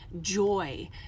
joy